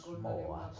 more